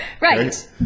Right